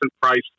Price